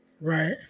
Right